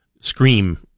scream